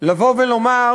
לבוא ולומר